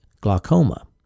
glaucoma